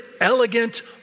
elegant